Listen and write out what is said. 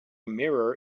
mirror